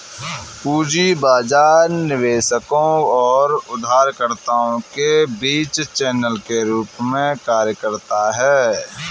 पूंजी बाजार निवेशकों और उधारकर्ताओं के बीच चैनल के रूप में कार्य करता है